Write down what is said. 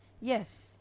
Yes